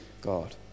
God